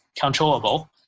controllable